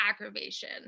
aggravation